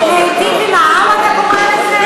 להיטיב עם העם אתה קורא לזה?